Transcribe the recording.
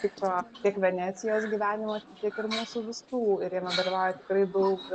tikro tiek venecijos gyvenimo tiek ir mūsų visų ir jame dalyvauja tikrai daug